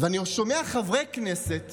ואני שומע חברי כנסת